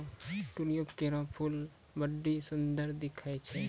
tulip केरो फूल बड्डी सुंदर दिखै छै